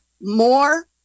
more